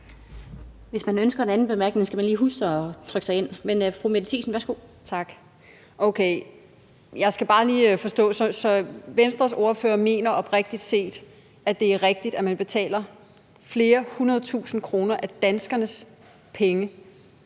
Hvis man ønsker en anden bemærkning, skal man lige huske at trykke sig ind. Men fru Mette Thiesen, værsgo. Kl. 13:10 Mette Thiesen (NB): Tak. Okay, jeg skal bare lige forstå: Så Venstres ordfører mener oprigtig talt, at det er rigtigt, at man betaler flere hundrede tusinde kroner af danskernes penge,